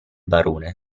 barone